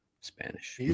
spanish